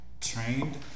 trained